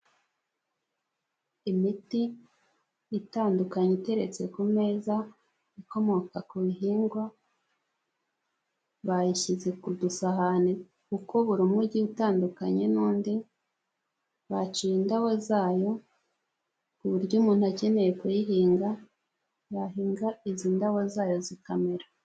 Imiti itandukanye iteretse ku meza, ikomoka ku bihingwa, bayishyize ku dusahane kuko buri mu muti utandukanye n'undi baciye indabo zayo ku buryo umuntu akeneye kuyihinga yahinga izi ndabo zayo zikamera.